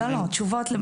לא, לא, תשובות.